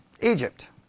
Egypt